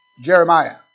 Jeremiah